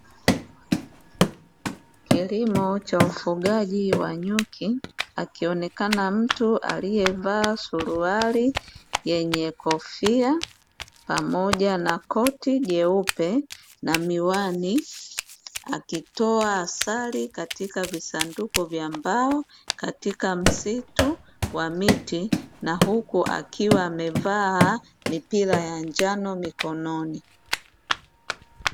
Kilimo cha ufugaji wa nyuki, akionekana mtu aliyevaa suruali yenye kofia pamoja na koti jeupe na miwani akitoa asali katika visanduku vya mbao katika msitu wa miti na huku akiwa amevaa mipira ya njano mikononi.